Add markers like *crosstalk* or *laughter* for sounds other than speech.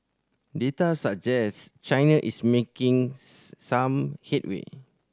data suggest China is making *unintelligible* some headway